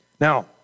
Now